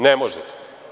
Ne možete.